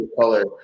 color